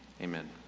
Amen